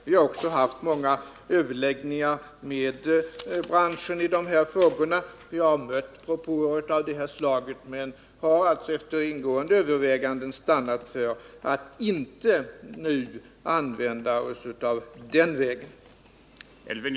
Vi har också haft många överläggningar med branschen i de här frågorna, och vi har mött propåer av det här slaget. Men efter ingående överväganden har vi alltså beslutat oss för att inte nu använda oss av den vägen.